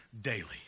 daily